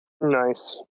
nice